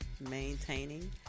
maintaining